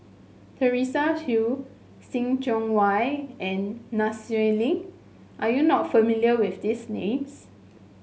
Teresa Hsu See Tiong Wah and Nai Swee Leng are you not familiar with these names